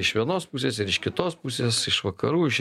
iš vienos pusės ir iš kitos pusės iš vakarų iš